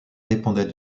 dépendait